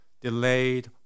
delayed